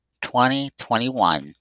2021